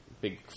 big